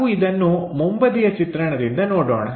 ನಾವು ಇದನ್ನು ಮುಂಬದಿಯ ಚಿತ್ರಣದಿಂದ ನೋಡೋಣ